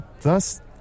Thus